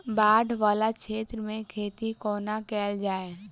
बाढ़ वला क्षेत्र मे खेती कोना कैल जाय?